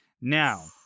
Now